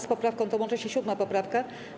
Z poprawką tą łączy się 7. poprawka.